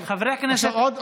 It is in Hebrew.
חברי הכנסת, לאן אתם מציעים?